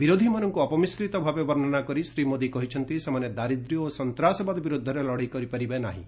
ବିରୋଧୀମାନଙ୍କୁ ଅପମିଶ୍ରିତ ଭାବେ ବର୍ଷ୍ଣନା କରି ଶ୍ରୀ ମୋଦି କହିଛନ୍ତି ସେମାନେ ଦାରିଦ୍ର୍ୟ ଏବଂ ସନ୍ତାସବାଦ ବିରୋଧରେ ଲଢ଼େଇ କରିପାରିବେ ନାହିଁ